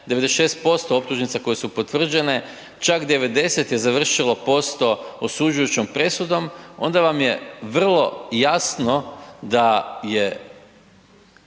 96% optužnica koje su potvrđene čak 90% je završilo osuđujućom presudom onda vam je vrlo jasno da je